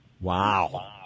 Wow